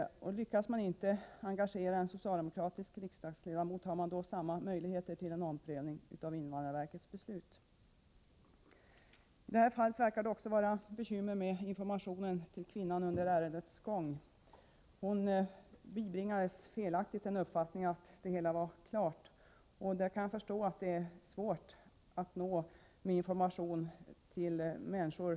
Har man samma möjligheter att få en omprövning av invandrarverkets beslut, om man inte lyckas engagera en socialdemokratisk riksdagsman? I detta fall verkar det också som om det under ärendets gång har varit bekymmer med informationen till kvinnan. Hon bibringades felaktigt uppfattningen att det hela var klart. Jag kan förstå att det är svårt att nå fram med information till människor.